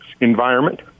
environment